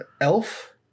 Elf